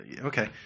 Okay